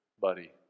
buddy